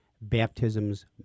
Baptisms